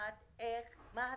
במיוחד מה הצרכים,